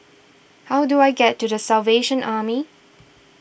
how do I get to the Salvation Army